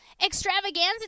Extravaganza